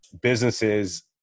businesses